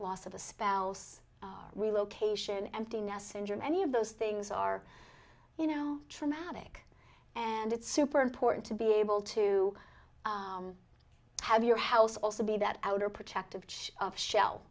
loss of a spouse relocation empty nest syndrome any of those things are you know traumatic and it's super important to be able to have your house also be that outer protective